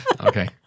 Okay